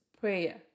prayer